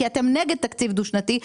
כי אתם נגד תקציב דו שנתי,